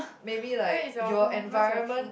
maybe like your environment